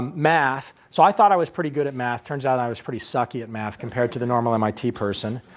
math? so, i thought i was pretty good at math, it turns out i was pretty sucky at math compared to the normal mit person.